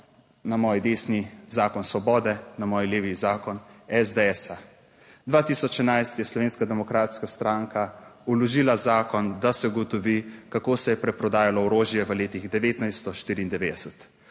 na moji desni zakon Svobode, na moji levi zakon SDS. 2011 je Slovenska demokratska stranka vložila zakon, da se ugotovi kako se je preprodajalo orožje v letih 1994.